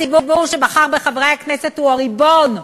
הציבור שבחר בחברי הכנסת הוא הריבון,